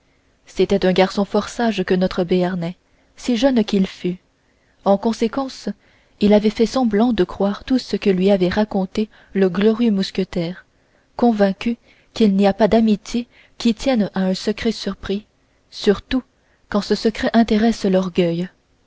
un garçon fort sage que notre béarnais si jeune qu'il fût en conséquence il avait fait semblant de croire tout ce que lui avait raconté le glorieux mousquetaire convaincu qu'il n'y a pas d'amitié qui tienne à un secret surpris surtout quand ce secret intéresse l'orgueil